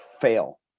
fail